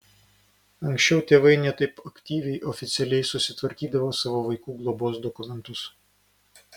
anksčiau tėvai ne taip aktyviai oficialiai susitvarkydavo savo vaikų globos dokumentus